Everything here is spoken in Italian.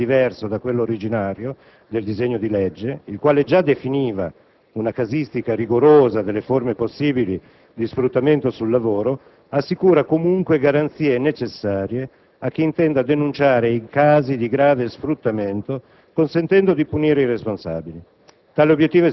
Signor Presidente, il disegno di legge di cui l'Aula del Senato inizia l'esame dimostra come sia possibile e necessario adeguare la legislazione con misure dirette e condivise, anticipando una revisione generale e radicale